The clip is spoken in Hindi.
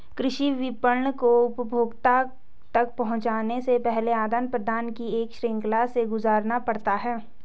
कृषि विपणन को उपभोक्ता तक पहुँचने से पहले आदान प्रदान की एक श्रृंखला से गुजरना पड़ता है